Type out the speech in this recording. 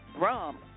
rum